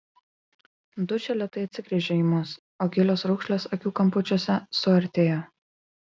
dučė lėtai atsigręžė į mus o gilios raukšlės akių kampučiuose suartėjo